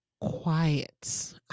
quiet